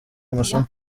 amasomo